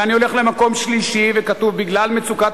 ואני הולך למקום שלישי וכתוב: בגלל מצוקת